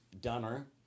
dunner